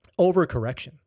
overcorrection